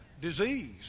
Disease